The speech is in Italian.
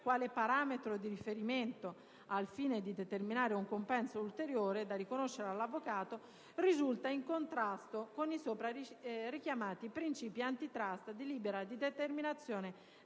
il parametro di riferimento al fine di determinare un «compenso ulteriore» da riconoscere all'avvocato, risulta in contrasto con i sopra richiamati principi antitrust di libera determinazione